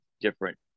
different